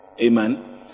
Amen